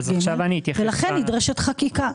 ולכן נדרשת חקיקה.